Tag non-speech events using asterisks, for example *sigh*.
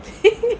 *laughs*